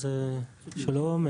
אז שלום.